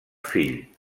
fill